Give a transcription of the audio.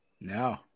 No